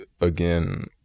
again